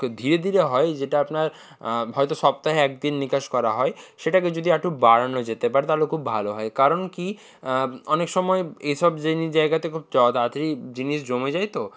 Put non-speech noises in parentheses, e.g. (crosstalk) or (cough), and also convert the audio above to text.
তো ধীরে ধীরে হয় যেটা আপনার হয়তো সপ্তাহে একদিন নিকাশ করা হয় সেটাকে যদি আর একটু বাড়ানো যেতে পারে তাহলে খুব ভালো হয় কারণ কী অনেক সময় এ সব জিনিস জায়গাতে খুব (unintelligible) তাড়াতাড়ি জিনিস জমে যায় তো